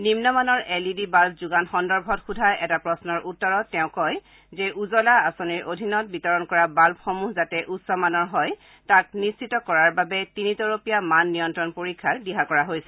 নিন্ন মানৰ L E D bulb যোগান সন্দৰ্ভত সোধা এটা প্ৰশ্নৰ উত্তৰত তেওঁ কয় যে উজলা আঁচনিৰ অধীনত বিতৰণ কৰা বাল্বসমূহ যাতে উচ্চ মানৰ হয় তাক নিশ্চিত কৰাৰ বাবে তিনি তৰপীয়া মান নিয়ন্ত্ৰণ পৰীক্ষাৰ দিহা কৰা হৈছে